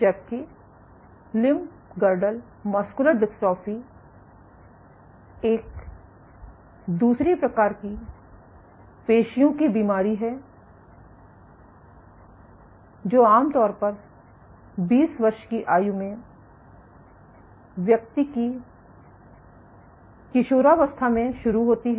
जबकि limb girdle muscular dystrophy एक दूसरी प्रकार की पेशियों की बीमारी है जो आमतौर पर 20 वर्ष की आयु में व्यक्ति की किशोरावस्था में शुरू होती है